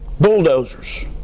bulldozers